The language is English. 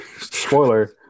Spoiler